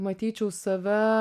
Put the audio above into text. matyčiau save